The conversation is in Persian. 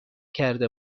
کرده